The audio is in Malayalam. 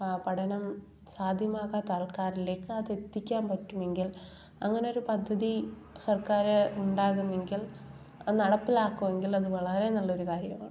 പഠനം സാധ്യമാകാത്ത ആൾക്കാരിലേക്ക് അത് എത്തിക്കാൻ പറ്റുമെങ്കിൽ അങ്ങനെ ഒരു പദ്ധതി സർക്കാർ ഉണ്ടാക്കുമെങ്കിൽ അത് നടപ്പിലാക്കുമെങ്കിൽ അത് വളരെ നല്ലൊരു കാര്യമാണ്